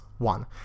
One